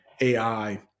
ai